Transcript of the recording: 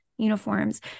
uniforms